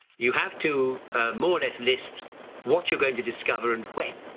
you have to more or less list what you're going to discover and when.